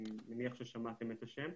אני מניח ששמעתם את השמות.